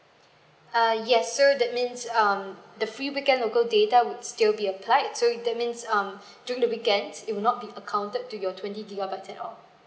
ah yes so that means um the free weekend local data would still be applied so that means um during weekends it will not be accounted to your twenty gigabytes at all